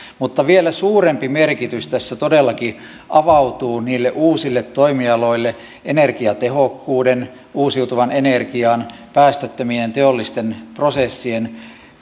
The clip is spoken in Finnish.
mutta vielä suurempi merkitys tässä todellakin avautuu niille uusille toimialoille energiatehokkuuden uusiutuvan energian päästöttömien teollisten prosessien